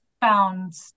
found